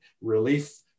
relief